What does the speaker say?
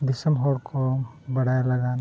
ᱫᱤᱥᱚᱢ ᱦᱚᱲ ᱠᱚ ᱵᱟᱰᱟᱭ ᱞᱟᱹᱜᱤᱫ